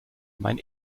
mein